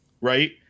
right